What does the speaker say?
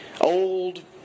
old